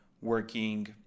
working